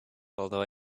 although